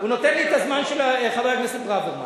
הוא נותן לי את הזמן של חבר הכנסת ברוורמן,